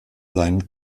seinen